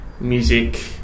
music